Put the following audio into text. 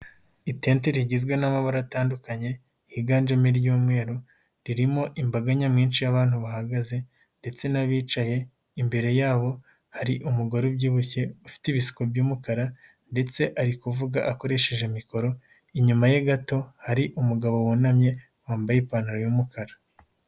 Itente rigizwe n'amabara atandukanye, higanjemo iry'umweru, ririmo imbaga nyamwinshi y'abantu bahagaze ndetse n'abicaye, imbere yabo hari umugore ubyibushye ufite ibisuko by'umukara, ndetse ari kuvuga akoresheje mikoro, inyuma ye gato hari umugabo wunamye wambaye ipantaro y'umukara.